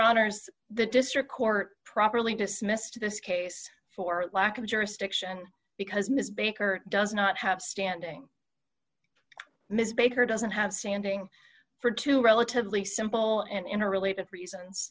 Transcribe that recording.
honour's the district court properly dismissed this case for lack of jurisdiction because miss baker does not have standing ms baker doesn't have standing for two relatively simple and interrelated re